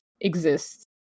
exists